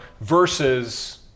versus